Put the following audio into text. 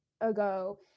ago